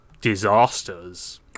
disasters